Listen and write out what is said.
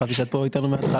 חשבתי שאת כאן איתנו מההתחלה.